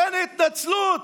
אין התנצלות?